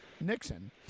Nixon